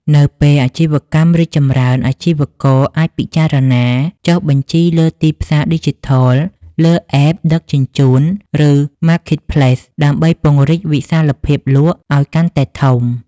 នៅពេលអាជីវកម្មរីកចម្រើន អាជីវករអាចពិចារណាចុះបញ្ជីលើ ទីផ្សារឌីជីថល លើ App ដឹកជញ្ជូន ឬ Marketplace ដើម្បីពង្រីកវិសាលភាពលក់ឱ្យកាន់តែធំ។